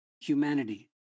humanity